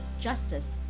justice